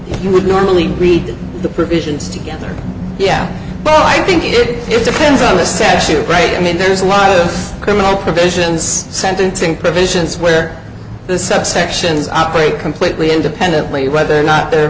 you would normally read the provisions together yeah but i think you did it depends on the statute right i mean there's a lot of criminal provisions sentencing provisions where the subsections operate comes lately independently whether or not they're